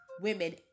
women